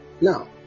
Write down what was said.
Now